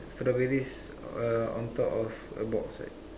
strawberries uh on top of a box right